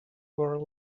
were